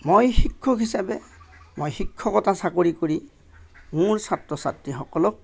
মই শিক্ষক হিচাপে মই শিক্ষকতা চাকৰি কৰি মোৰ ছাত্ৰ ছাত্ৰীসকলক